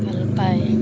ভাল পায়